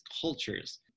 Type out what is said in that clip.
cultures